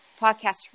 podcast